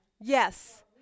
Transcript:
Yes